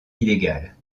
illégales